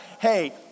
hey